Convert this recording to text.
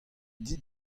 dit